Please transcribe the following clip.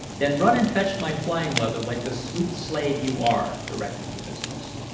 then run and fetch my flying leather like the sweet slave you are, directed the mistress.